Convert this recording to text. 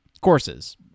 courses